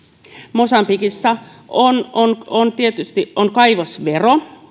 mosambikissa on on tietysti kaivosvero